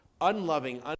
unloving